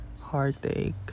heartache